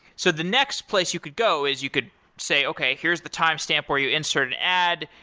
so the next place you could go is you could say, okay. here's the timestamp where you insert an ad,